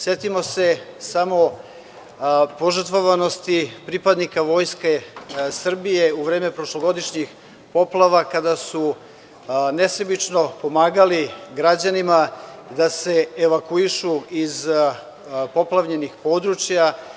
Setimo se samo požrtvovanosti pripadnika Vojske Srbije u vreme prošlogodišnjih poplava kada su nesebično pomagali građanima da se evakuišu iz poplavljenih područja.